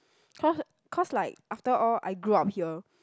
cause cause like after all I grew up here